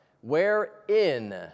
Wherein